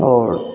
आओर